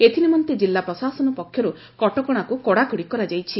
ଏଥିନିମନ୍ତେ ଜିଲ୍ଲା ପ୍ରଶାସନ ପକ୍ଷରୁ କକ୍ଷେନମେକ୍କ କଡାକଡି କରାଯାଇଛି